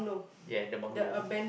ya the bungalow